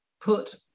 put